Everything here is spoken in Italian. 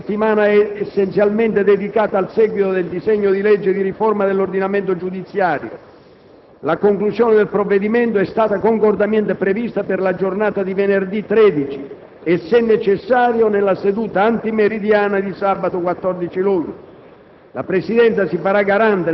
Resta confermato che questa settimana è essenzialmente dedicata al seguito del disegno di legge di riforma dell'ordinamento giudiziario. La conclusione del provvedimento è stata concordemente prevista per la giornata di venerdì 13 o, se necessario, nella seduta antimeridiana di sabato 14 luglio.